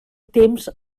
temps